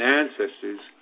ancestors